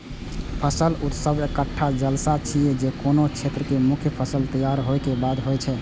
फसल उत्सव एकटा जलसा छियै, जे कोनो क्षेत्रक मुख्य फसल तैयार होय के बाद होइ छै